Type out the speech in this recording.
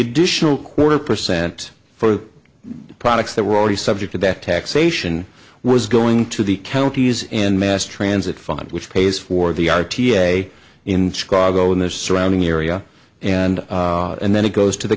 additional quarter percent for products that were already subject to that taxation was going to the counties in mass transit fund which pays for the r t a in chicago and their surrounding area and and then it goes to the